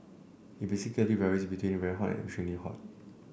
it basically varies between very hot and extremely hot